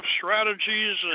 strategies